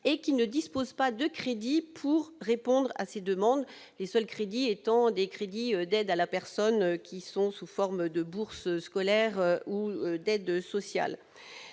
et qui ne disposent pas de crédits pour répondre à ces demandes, à la seule exception de crédits d'aide à la personne prenant la forme de bourses scolaires ou d'aides sociales.